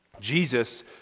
Jesus